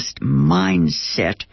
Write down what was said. mindset